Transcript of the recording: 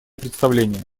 представление